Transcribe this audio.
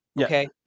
okay